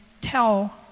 tell